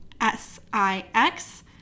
S-I-X